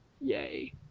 yay